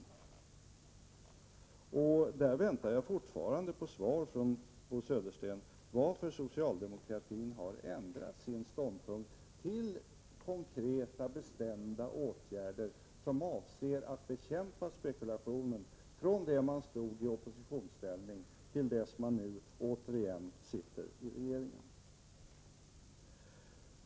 Jag väntar därför fortfarande på svar från Bo Södersten på frågan varför socialdemokratin från det att man stod i oppositionsställning till dess att man nu återigen sitter i regeringen har ändrat sin ståndpunkt till konkreta, bestämda åtgärder som syftar till bekämpning av spekulationen.